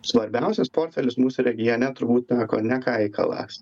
svarbiausias portfelis mūsų regione turbūt teko ne kajai kalas